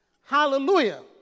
Hallelujah